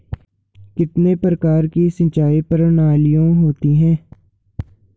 कितने प्रकार की सिंचाई प्रणालियों होती हैं?